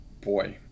Boy